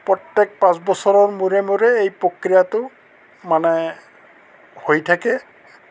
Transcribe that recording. প্ৰত্যেক পাঁচ বছৰৰ মূৰে মূৰে এই প্ৰক্ৰিয়াটো মানে হৈ থাকে